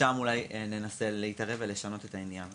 שם אולי ננסה להתערב ולשנות את העניין.